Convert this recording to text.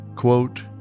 quote